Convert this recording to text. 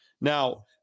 Now